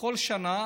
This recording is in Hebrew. בכל שנה,